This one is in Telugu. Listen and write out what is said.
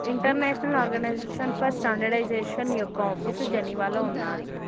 ఇంటర్నేషనల్ ఆర్గనైజేషన్ ఫర్ స్టాండర్డయిజేషన్ యొక్క ఆఫీసు జెనీవాలో ఉన్నాది